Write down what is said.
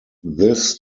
this